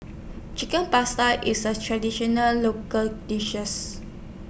Chicken Pasta IS A Traditional Local dishes